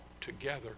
together